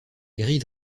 grilles